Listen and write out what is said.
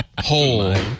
hole